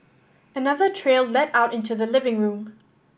another trail led out into the living room